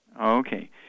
Okay